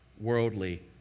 worldly